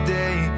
day